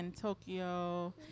Tokyo